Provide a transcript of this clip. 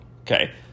Okay